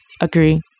Agree